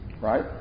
Right